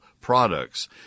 products